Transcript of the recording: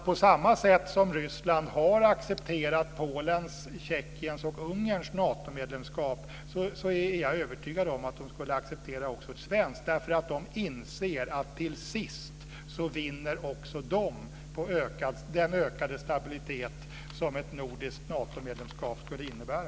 På samma sätt som Ryssland har accepterat Polens, Tjeckiens och Ungerns Natomedlemskap är jag övertygad om att de skulle acceptera ett svenskt medlemskap. De inser att till sist vinner också de på den ökade stabilitet som ett nordiskt Natomedlemskap skulle innebära.